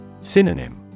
Synonym